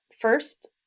first